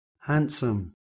Handsome